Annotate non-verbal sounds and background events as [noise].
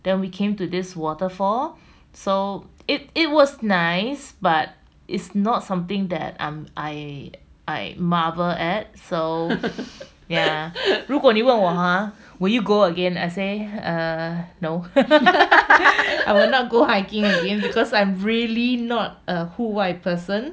[laughs]